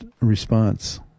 response